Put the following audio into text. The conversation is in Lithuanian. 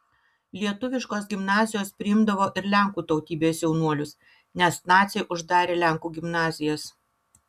lietuviškos gimnazijos priimdavo ir lenkų tautybės jaunuolius nes naciai uždarė lenkų gimnazijas